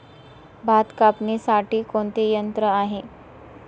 भात कापणीसाठी कोणते यंत्र आहे?